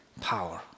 power